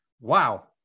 Wow